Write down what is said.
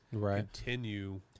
continue –